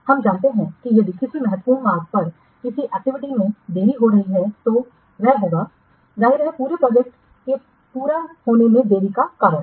हम जानते हैं कि यदि किसी महत्वपूर्ण मार्ग पर किसी एक्टिविटी में देरी हो रही है तो वह होगा जाहिर है पूरे प्रोजेक्ट के पूरा होने में देरी का कारण है